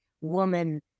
woman